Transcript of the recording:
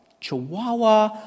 chihuahua